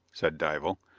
said dival.